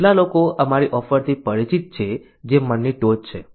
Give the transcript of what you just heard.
કેટલા લોકો અમારી ઓફરથી પરિચિત છે જે મનની ટોચ છે